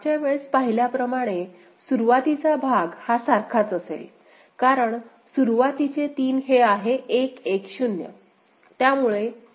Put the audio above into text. मागच्या वेळेस पाहिल्याप्रमाणे सुरुवातीचा भाग हा सारखाच असेल कारण सुरुवातीचे 3 हे आहे 1 1 0